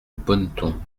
bonneton